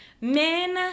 Men